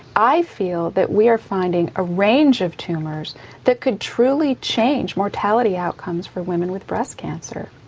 i feel that we are finding a range of tumours that could truly change mortality outcomes for women with breast cancer.